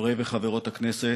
חברי וחברות הכנסת,